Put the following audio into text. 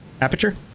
Aperture